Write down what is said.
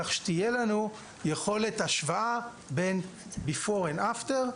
כך שתהיה לנו יכולת השוואה בין לפני ואחרי.